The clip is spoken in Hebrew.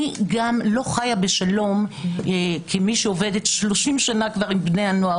אני גם לא חייה בשלום כמי שעובדת 30 כבר עם בני הנוער,